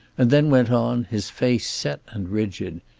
and then went on, his face set and rigid.